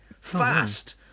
Fast